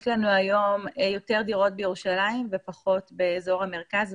יש לנו היום יותר דירות בירושלים ופחות באזור המרכז,